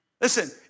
Listen